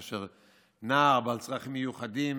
כאשר נער בעל צרכים מיוחדים,